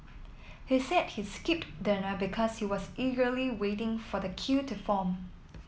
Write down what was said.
he said he skipped dinner because he was eagerly waiting for the queue to form